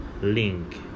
link